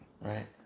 Right